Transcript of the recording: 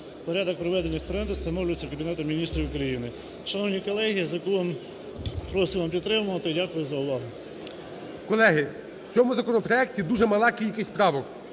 Порядок проведення експерименту встановлюються Кабінетом Міністрів України. Шановні колеги, закон просимо підтримати. Дякую за увагу. ГОЛОВУЮЧИЙ. Колеги, в цьому законопроекті дуже мала кількість правок,